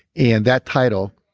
and that title,